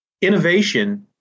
innovation